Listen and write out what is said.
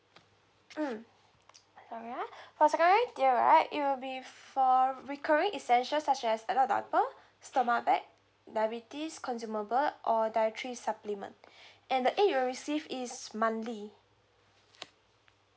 mm sorry ah for secondary tier right it will be for recurring essential such as adult diaper stomach bed diabetes consumable or dietary supplement and the aid you'll receive is monthly